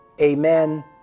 Amen